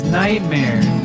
nightmare